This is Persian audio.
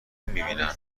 میبینن